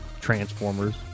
Transformers